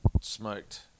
smoked